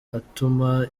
atuma